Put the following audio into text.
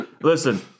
Listen